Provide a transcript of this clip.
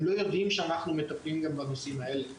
הם לא יודעים שאנחנו מטפלים גם בנושאים האלה.